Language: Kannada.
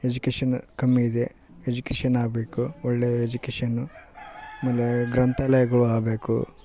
ಎಜುಕೇಷನ್ ಕಮ್ಮಿಇದೆ ಎಜುಕೇಷನ್ ಆಬೇಕು ಒಳ್ಳೇ ಎಜುಕೇಷನು ಆಮೇಲೆ ಗ್ರಂಥಾಲಯಗುಳು ಆಬೇಕು